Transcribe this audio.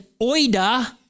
oida